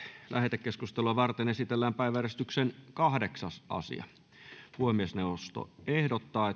lähetekeskustelua varten esitellään päiväjärjestyksen kahdeksas asia puhemiesneuvosto ehdottaa